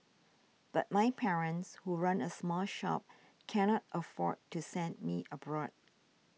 but my parents who run a small shop cannot afford to send me abroad